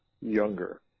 younger